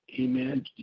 Amen